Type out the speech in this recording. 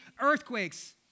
earthquakes